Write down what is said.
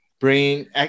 brain